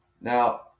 Now